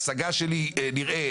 ההשגה שלי נראית,